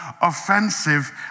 offensive